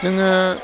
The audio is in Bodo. जोङो